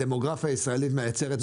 הדמוגרפיה הישראלית מייצרת בקצב גבוה.